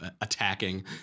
attacking